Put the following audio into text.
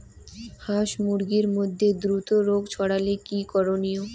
হাস মুরগির মধ্যে দ্রুত রোগ ছড়ালে কি করণীয়?